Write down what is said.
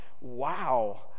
wow